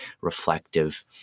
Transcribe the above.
reflective